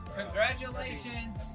congratulations